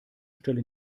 stelle